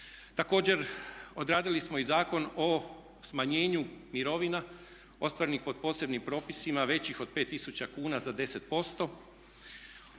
Također odradili smo i Zakon o smanjenju mirovina ostvarenih pod posebnim propisima većih od 5 tisuća kuna za 10%.